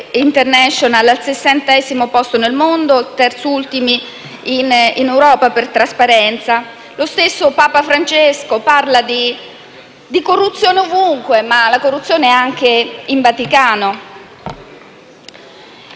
International, siamo al 60º posto nel mondo e siamo terz'ultimi in Europa per trasparenza. Lo stesso Papa Francesco parla di corruzione ovunque, ma la corruzione è anche in Vaticano.